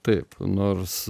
taip nors